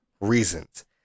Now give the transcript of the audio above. reasons